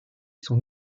son